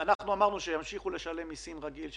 אנחנו אמרנו שימשיכו לשלם מסים רגיל,